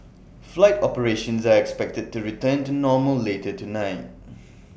flight operations are expected to return to normal later tonight